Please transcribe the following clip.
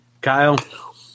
Kyle